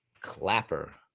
Clapper